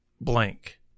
blank